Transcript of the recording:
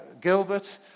Gilbert